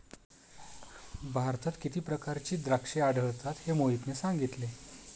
भारतात किती प्रकारची द्राक्षे आढळतात हे मोहितने सांगितले